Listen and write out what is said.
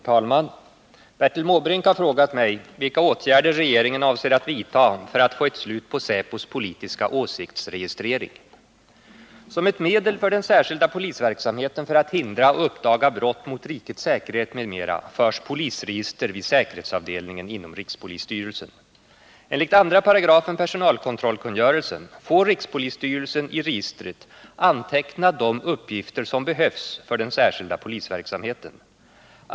Herr talman! Bertil Måbrink har frågat mig vilka åtgärder regeringen avser att vidta för att få ett slut på säpos politiska åsiktsregistrering. Som ett medel för den särskilda polisverksamheten för att hindra och uppdaga brott mot rikets säkerhet m.m. förs polisregister vid säkerhetsavdelningen inom rikspolisstyrelsen. Enligt 2 § personalkontrollkungörelsen får rikspolisstyrelsen i registret anteckna de uppgifter som behövs för den särskilda polisverksamheten.